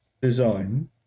design